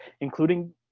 including